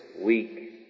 week